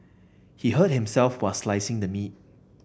he hurt himself while slicing the meat